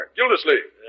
Gildersleeve